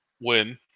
win